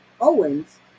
Owens